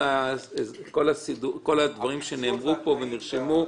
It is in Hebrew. מה הסייגים והתוספות שנאמרו פה ונרשמו.